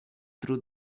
through